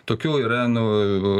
tokių yra nu